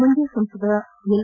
ಮಂಡ್ಡ ಸಂಸದ ಎಲ್